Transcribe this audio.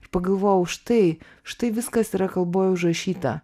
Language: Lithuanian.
pagalvojau štai štai viskas yra kalboj užrašyta